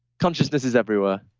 consciousness is everywhere.